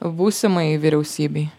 būsimai vyriausybei